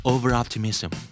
Over-optimism